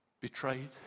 betrayed